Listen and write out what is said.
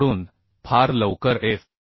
वापरून फार लवकर एफ